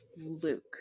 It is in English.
Luke